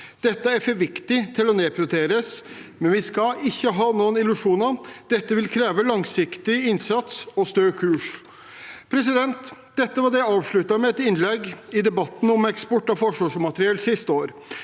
Dette er for viktig til å nedprioriteres. Men vi skal ikke ha noen illusjoner. Dette vil kreve langsiktig innsats og stø kurs.» Dette var det jeg avsluttet med i et innlegg i debatten om eksport av forsvarsmateriell siste år.